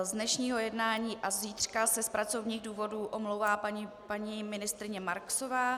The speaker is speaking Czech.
Z dnešního jednání a zítřka se z pracovních důvodů omlouvá paní ministryně Marksová.